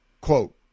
Quote